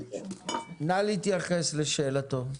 נא להתייחס לשאלתו.